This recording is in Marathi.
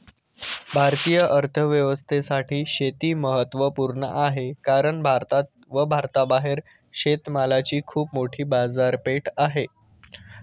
भारतीय अर्थव्यवस्थेसाठी शेती महत्वपूर्ण आहे कारण भारतात व भारताबाहेर शेतमालाची खूप मोठी बाजारपेठ आहे